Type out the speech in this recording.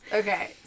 okay